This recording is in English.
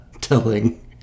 Telling